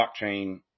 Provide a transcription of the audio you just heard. blockchain